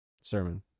sermon